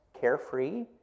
carefree